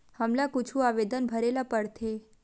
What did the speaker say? हमला कुछु आवेदन भरेला पढ़थे?